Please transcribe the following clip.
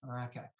Okay